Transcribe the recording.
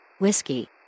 Whiskey